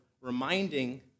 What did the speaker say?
reminding